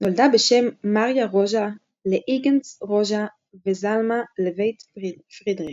נולדה בשם מריה רוז'ה לאיגנץ רוז'ה וזלמה לבית פרידריך,